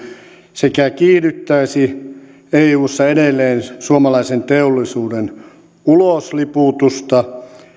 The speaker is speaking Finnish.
sekä kiihdyttäisi eussa edelleen suomalaisen teollisuuden ulosliputusta